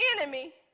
enemy